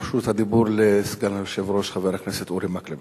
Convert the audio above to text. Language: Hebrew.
רשות הדיבור לסגן היושב-ראש, חבר הכנסת אורי מקלב.